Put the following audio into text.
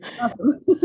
Awesome